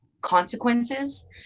consequences